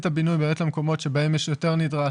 את הבינוי למקומות שבהם יש יותר דרישה,